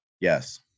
Yes